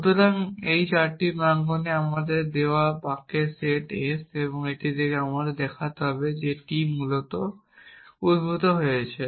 সুতরাং এই চারটি প্রাঙ্গনে আমাদের দেওয়া বাক্যের সেট s এবং এটি থেকে আমাদের দেখাতে হবে যে tটি মূলত উদ্ভূত হয়েছে